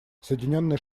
соединенные